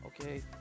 Okay